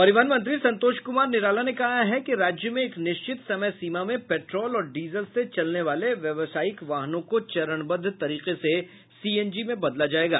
परिवहन मंत्री संतोष कुमार निराला ने कहा है कि राज्य में एक निश्चित समय सीमा में पेट्रोल और डीजल से चलने वाले व्यावसायिक वाहनों को चरणबद्ध तरीके से सीएनजी में बदला जायेगा